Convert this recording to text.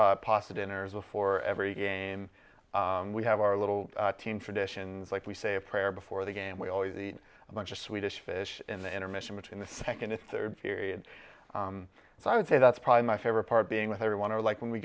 do pasta dinners before every game we have our little team traditions like we say a prayer before the game we always eat lunch or swedish fish in the intermission between the second and third so i would say that's probably my favorite part being with everyone or like when we